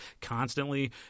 constantly